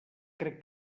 crec